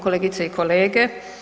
Kolegice i kolege.